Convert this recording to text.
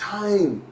time